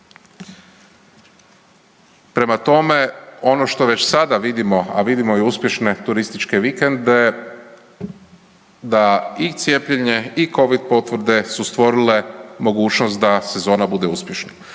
Prema tome, ono što već sada vidimo, a vidimo i uspješne turističke vikende da i cijepljenje i covid potvrde su stvorile mogućnost da sezona bude uspješna.